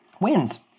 wins